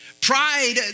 Pride